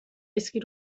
اسکی